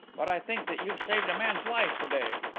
but i think that you've saved a man's life to-day.